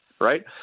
Right